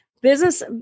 business